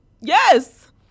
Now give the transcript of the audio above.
Yes